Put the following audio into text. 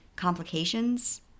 complications